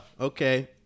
Okay